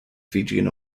fijian